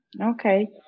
Okay